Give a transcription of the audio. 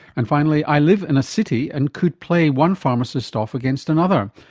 and finally, i live in a city and could play one pharmacist off against another.